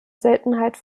seltenheit